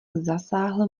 zasáhl